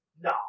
No